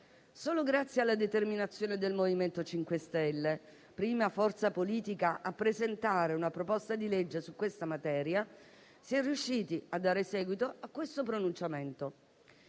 Solo grazie alla determinazione del MoVimento 5 Stelle, prima forza politica a presentare una proposta di legge in questa materia, si è riusciti a dare seguito a questo pronunciamento.